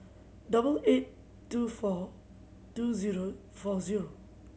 double eight two four two zero four zero